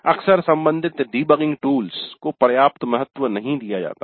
अक्सर संबंधित debugging tools को पर्याप्त महत्व नहीं दिया जाता है